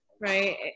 right